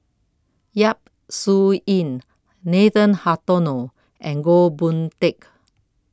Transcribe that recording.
Yap Su Yin Nathan Hartono and Goh Boon Teck